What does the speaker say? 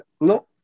no